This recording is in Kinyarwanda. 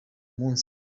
munsi